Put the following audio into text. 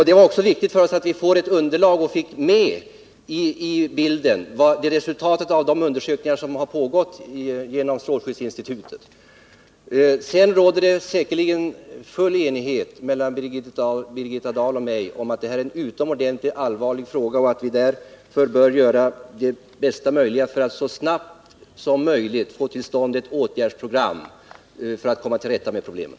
Det var också viktigt för oss att få ett underlag och få med i bilden resultatet av strålskyddsinstitutets undersökningar. Sedan råder det säkerligen full enighet mellan Birgitta Dahl och mig om att detta är en utomordentligt allvarlig fråga och att vi därför bör göra vårt bästa för att så snabbt som möjligt få till stånd ett åtgärdsprogram för att komma till rätta med problemen.